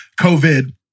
COVID